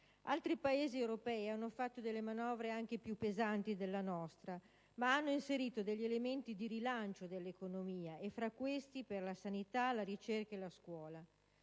Altri Paesi europei hanno fatto delle manovre anche più pesanti della nostra, ma hanno inserito degli elementi di rilancio dell'economia e, fra questi, quelli per la sanità, la ricerca e la scuola.